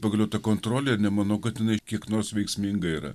pagaliau ta kontrolė nemanau kad jinai kiek nors veiksminga yra